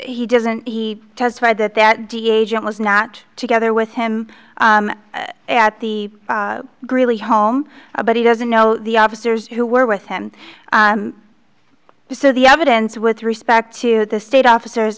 he doesn't he testified that that dea agent was not together with him at the greeley home but he doesn't know the officers who were with him so the evidence with respect to the state officers